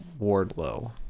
Wardlow